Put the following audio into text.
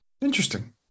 Interesting